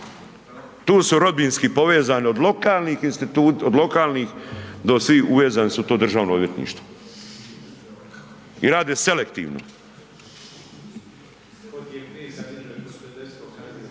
Tu su rodbinski povezani od lokalnih do svih uvezani su u to državno odvjetništvo i rade selektivno.